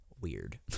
Weird